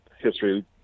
history